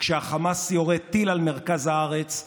כשהחמאס יורה טיל על מרכז הארץ,